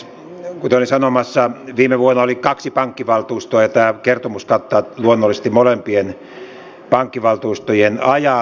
kuten olin sanomassa viime vuonna oli kaksi pankkivaltuustoa ja tämä kertomus kattaa luonnollisesti molempien pankkivaltuustojen ajan